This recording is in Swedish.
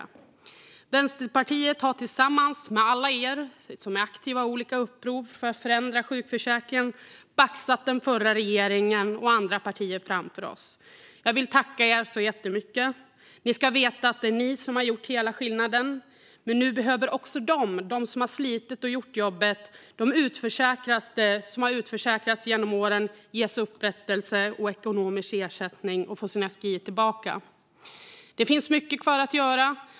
Vi i Vänsterpartiet har tillsammans med alla er som är aktiva i olika upprop för att förändra sjukförsäkringen baxat den förra regeringen och andra partier framför oss. Jag vill tacka er så jättemycket! Ni ska veta att det är ni som har gjort hela skillnaden. Men nu behöver också de som har slitit och gjort jobbet och de som har utförsäkrats genom åren ges upprättelse och ekonomisk ersättning och få sin SGI tillbaka. Det finns mycket kvar att göra.